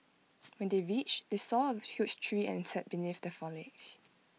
when they reached they saw A huge tree and sat beneath the foliage